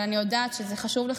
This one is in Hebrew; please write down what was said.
אבל אני יודעת שזה חשוב לך,